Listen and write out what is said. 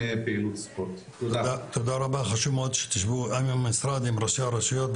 תודה רבה, חשוב שתשבנו עם המשרד ועם ראשי הרשויות.